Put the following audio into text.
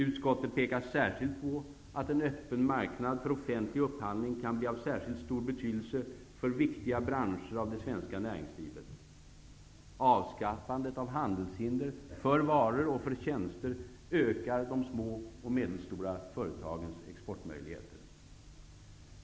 Utskottet pekar särskilt på att en öppen marknad för offentlig upphandling kan bli av särskilt stor betydelse för viktiga branscher i det svenska näringslivet. Avskaffandet av handelshinder för varor och för tjänster ökar de små och medelstora företagens exportmöjlighter.